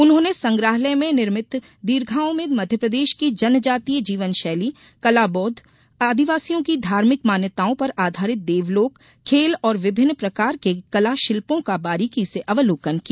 उन्होंने संग्रहालय में निर्मित दीर्घाओं में मध्यप्रदेश की जनजातीय जीवनशैली कलाबोध आदिवासियों की धार्मिक मान्यताओं पर आधारित देवलोक खेल और विभिन्न प्रकार के कलाशिल्पों का बारीकी से अवलोकन किया